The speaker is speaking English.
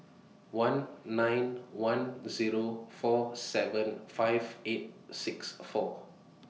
one nine one Zero four seven five eight six four